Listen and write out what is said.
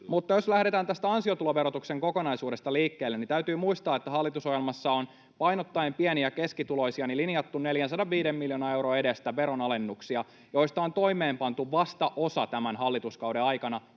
Mutta jos lähdetään tästä ansiotuloverotuksen kokonaisuudesta liikkeelle, niin täytyy muistaa, että hallitusohjelmassa on painottaen pieni- ja keskituloisia linjattu 405 miljoonan euron edestä veronalennuksia, joista on toimeenpantu vasta osa tämän hallituskauden aikana.